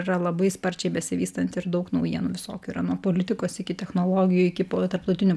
yra labai sparčiai besivystanti ir daug naujienų visokių yra nuo politikos iki technologijų iki tarptautinių